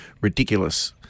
ridiculous